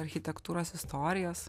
architektūros istorijos